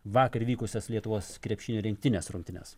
vakar vykusias lietuvos krepšinio rinktinės rungtynes